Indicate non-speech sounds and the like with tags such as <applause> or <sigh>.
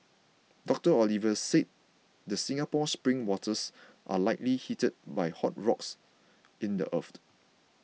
Doctor Oliver said the Singapore spring waters are likely heated by hot rock in the earth <noise>